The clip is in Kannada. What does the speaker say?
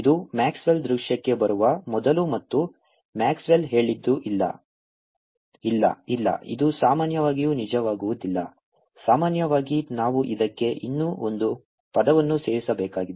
ಇದು ಮ್ಯಾಕ್ಸ್ವೆಲ್ ದೃಶ್ಯಕ್ಕೆ ಬರುವ ಮೊದಲು ಮತ್ತು ಮ್ಯಾಕ್ಸ್ವೆಲ್ ಹೇಳಿದ್ದು ಇಲ್ಲ ಇಲ್ಲ ಇಲ್ಲ ಇದು ಸಾಮಾನ್ಯವಾಗಿ ನಿಜವಾಗುವುದಿಲ್ಲ ಸಾಮಾನ್ಯವಾಗಿ ನಾನು ಇದಕ್ಕೆ ಇನ್ನೂ ಒಂದು ಪದವನ್ನು ಸೇರಿಸಬೇಕಾಗಿದೆ